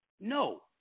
no